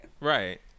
right